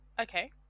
Okay